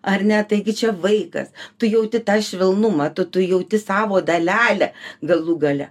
ar ne taigi čia vaikas tu jauti tą švelnumą tu tu jauti savo dalelę galų gale